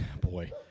Boy